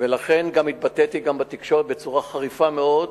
ולכן גם התבטאתי בתקשורת בצורה חריפה מאוד.